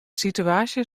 situaasje